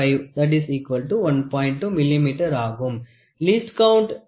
C of the Screw Gauge Pitchn 0